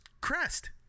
crest